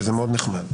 שזה מאוד נחמד,